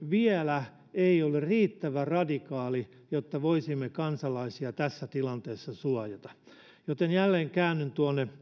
vielä ole riittävän radikaali jotta voisimme kansalaisia tässä tilanteessa suojata joten jälleen käännyn